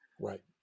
Right